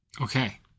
Okay